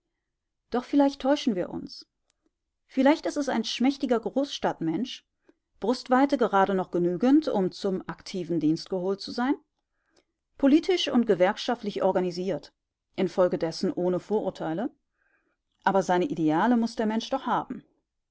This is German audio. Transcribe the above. doch vielleicht täuschen wir uns vielleicht ist es ein schmächtiger großstadtmensch brustweite gerade noch genügend um zum aktiven dienst geholt zu sein politisch und gewerkschaftlich organisiert infolgedessen ohne vorurteile aber seine ideale muß der mensch doch haben